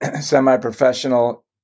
semi-professional